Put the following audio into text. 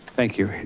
thank you,